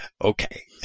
Okay